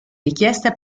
richiesta